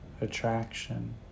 attraction